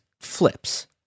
flips